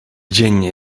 dziennie